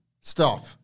Stop